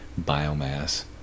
biomass